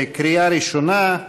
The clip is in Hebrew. קריאה ראשונה,